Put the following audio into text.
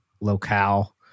locale